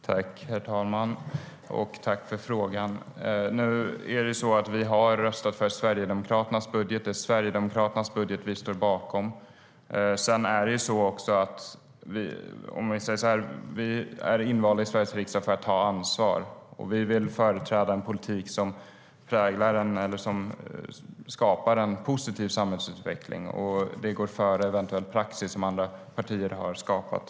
Herr talman! Tack för frågan, Carina Ohlsson! Vi har röstat för Sverigedemokraternas budget. Det är Sverigedemokraternas budget som vi står bakom. Vi är invalda i Sveriges riksdag för att ta ansvar, och vi vill företräda en politik som skapar en positiv samhällsutveckling. Det går före en eventuell praxis som de andra partierna har skapat.